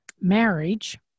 marriage